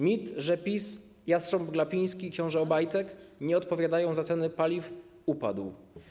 Mit, że PiS, jastrząb Glapiński i książę Obajtek nie odpowiadają za ceny paliw, upadł.